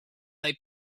they